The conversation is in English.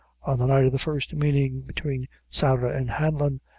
on the night of the first meeting between sarah and hanlon,